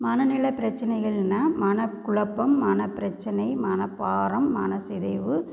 மனநிலை பிரச்சனைகள்னா மனக்குழப்பம் மனப்பிரச்சனை மனப்பாரம் மனசிதைவு